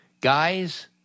Guys